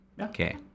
Okay